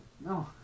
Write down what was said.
No